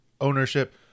ownership